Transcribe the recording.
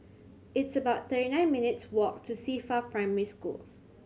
it's about thirty nine minutes' walk to Qifa Primary School